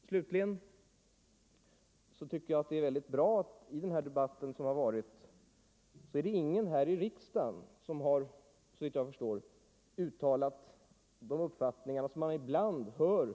Det är slutligen mycket bra att såvitt jag uppfattat ingen i den debatt som förts här i riksdagen uttalat den uppfattning som man ibland hör